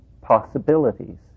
possibilities